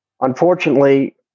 Unfortunately